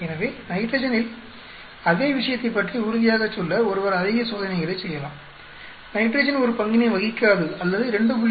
எனவே நைட்ரஜனில் அதே விஷயத்தைப் பற்றி உறுதியாகச் சொல்ல ஒருவர் அதிக சோதனைகளைச் செய்யலாம் நைட்ரஜன் ஒரு பங்கினை வகிக்காது அல்லது 2